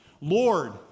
Lord